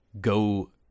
go